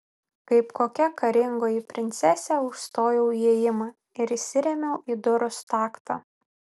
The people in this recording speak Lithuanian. kaip kokia karingoji princesė užstojau įėjimą ir įsirėmiau į durų staktą